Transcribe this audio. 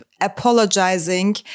apologizing